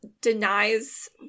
denies